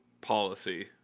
policy